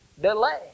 delay